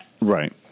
Right